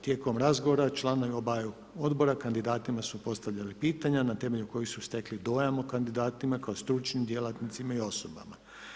Tijekom razgovora, članovi obaju odbora, kandidatima su postavljali pitanja, na temelju koji su stekli dojam kandidatima, kao stručnim djelatnicima i osobama.